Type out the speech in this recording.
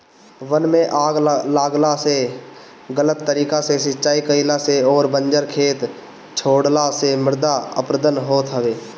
वन में आग लागला से, गलत तरीका से सिंचाई कईला से अउरी बंजर खेत छोड़ला से मृदा अपरदन होत हवे